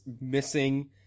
missing